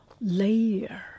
layer